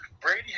Brady